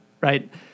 right